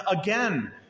again